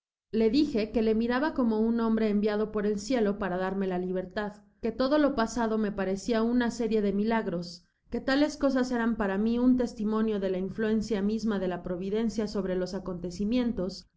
le dijeque le miraba como un hombre enviado por el cielo para darme la libertad que todo lo pasado me parecia una serie de milagros que tales cosas eran para mi un testimonio de la influencia misma de la providencia sobre los